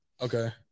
Okay